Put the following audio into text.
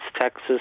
Texas